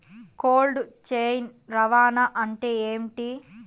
Cold chain రవాణా అంటే ఏమిటీ?